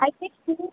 అయితే